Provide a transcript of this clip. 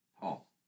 Paul